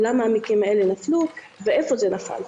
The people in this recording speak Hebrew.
למה המקרים האלה נפלו ואיפה זה נפל.